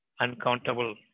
uncountable